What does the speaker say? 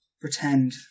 pretend